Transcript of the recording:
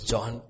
John